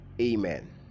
amen